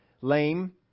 lame